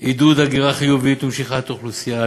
עידוד הגירה חיובית ומשיכת אוכלוסייה,